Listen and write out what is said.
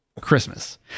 Christmas